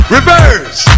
Reverse